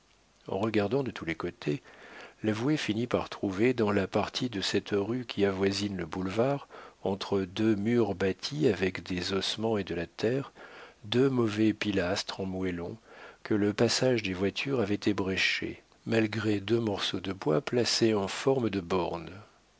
en regardant de tous les côtés l'avoué finit par trouver dans la partie de cette rue qui avoisine le boulevard entre deux murs bâtis avec des ossements et de la terre deux mauvais pilastres en moellons que le passage des voitures avait ébréchés malgré deux morceaux de bois placés en forme de bornes